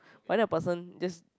but then the person just